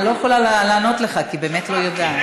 אני לא יכולה לענות לך, כי אני באמת לא יודעת.